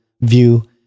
view